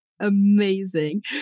amazing